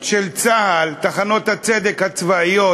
של צה"ל, טחנות הצדק הצבאיות